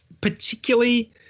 particularly